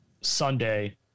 Sunday